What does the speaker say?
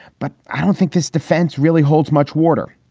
but i don't think this defense really holds much water.